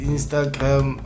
Instagram